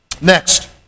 Next